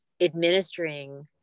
administering